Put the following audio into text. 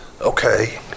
okay